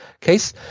case